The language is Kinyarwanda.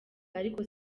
ariko